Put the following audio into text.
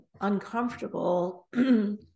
uncomfortable